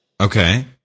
Okay